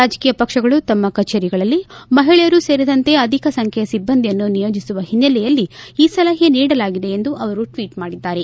ರಾಜಕೀಯ ಪಕ್ಷಗಳು ತಮ್ಮ ಕಛೇರಿಗಳಲ್ಲಿ ಮಹಿಳೆಯರೂ ಸೇರಿದಂತೆ ಅಧಿಕ ಸಂಖ್ಯೆಯ ಸಿಬ್ಬಂದಿಯನ್ನು ನಿಯೋಜಿಸುವ ಹಿನ್ನೆಲೆಯಲ್ಲಿ ಈ ಸಲಹೆ ನೀಡಲಾಗಿದೆ ಎಂದು ಅವರು ಟ್ವೀಟ್ ಮಾಡಿದ್ದಾರೆ